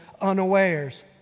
unawares